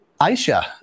Aisha